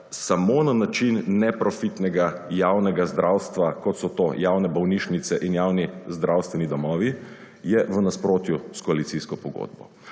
samo na način neprofitnega javnega zdravstva kot so to javne bolnišnice in javni zdravstveni domovi, je v nasprotju s koalicijsko pogodbo.